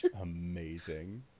Amazing